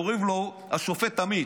קוראים לו השופט עמית,